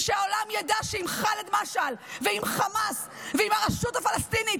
שהעולם ידע שעם ח'אלד משעל ועם חמאס ועם הרשות הפלסטינית